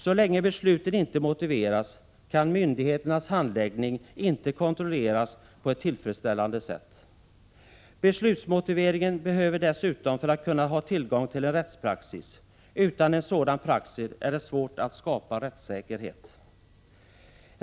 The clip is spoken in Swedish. Så länge besluten inte motiveras, kan myndigheternas handläggning inte kontrolleras på ett tillfredsställande sätt. Beslutsmotivering behövs dessutom för att man skall kunna få tillgång till en rättspraxis. Utan en sådan praxis är det svårt att skapa rättssäkerhet.